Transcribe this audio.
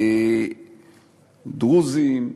דרוזים,